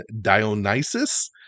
Dionysus